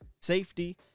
Safety